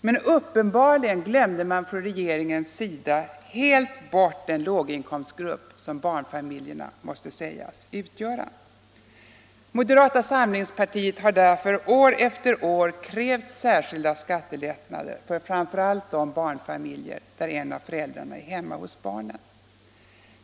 Men uppenbarligen glömde man från regeringens sida helt bort den låginkomstgrupp som barnfamiljerna till stor del måste sägas utgöra. Moderata samlingspartiet har därför år efter år krävt särskilda skattelättnader för framför allt de' barnfamiljer där en av föräldrarna är hemma hos barnen.